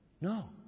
No